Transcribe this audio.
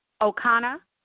O'Connor